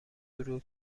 گروه